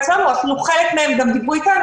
ואפילו חלק מהם דיברו אתנו,